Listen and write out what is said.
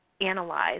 analyze